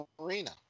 Marina